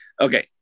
okay